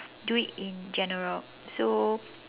do it in general so